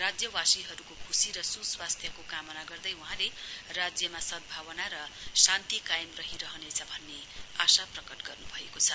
राज्यवासीहरुको खुशी र सुस्वास्थ्यको कामना गर्दै वहाँले राज्यमा सद्धावना र शान्ति कायम रहिरहनेछ भन्ने आशा प्रकट गर्नुभएको छ